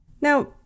Now